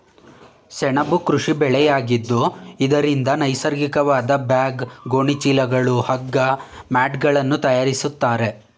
ಸೆಣಬು ಕೃಷಿ ಬೆಳೆಯಾಗಿದ್ದು ಇದರಿಂದ ನೈಸರ್ಗಿಕವಾದ ಬ್ಯಾಗ್, ಗೋಣಿ ಚೀಲಗಳು, ಹಗ್ಗ, ಮ್ಯಾಟ್ಗಳನ್ನು ತರಯಾರಿಸ್ತರೆ